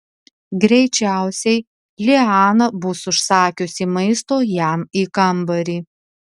greičiausiai liana bus užsakiusi maisto jam į kambarį